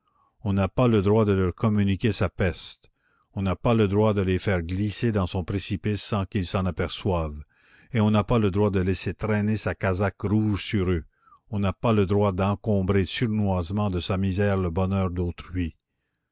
on n'a pas le droit de leur communiquer sa peste on n'a pas le droit de les faire glisser dans son précipice sans qu'ils s'en aperçoivent on n'a pas le droit de laisser traîner sa casaque rouge sur eux on n'a pas le droit d'encombrer sournoisement de sa misère le bonheur d'autrui